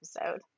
episode